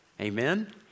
amen